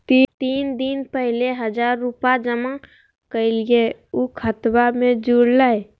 तीन दिन पहले हजार रूपा जमा कैलिये, ऊ खतबा में जुरले?